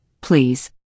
please